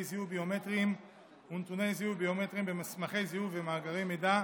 זיהוי ביומטריים ונתוני זיהוי ביומטריים במסמכי זיהוי ומאגרי מידע,